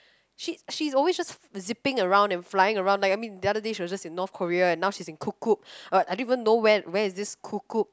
she she's always just zipping around and flying around like I mean the other day she was just in North Korea and now she's in kukup or what I don't even know where where is this Kukup